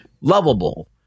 lovable